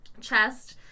chest